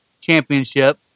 Championship